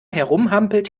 herumhampelt